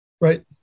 Right